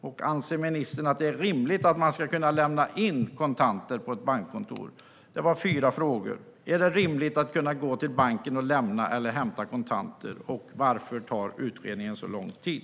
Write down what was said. Och anser ministern att det är rimligt att man ska kunna lämna in kontanter på ett bankkontor?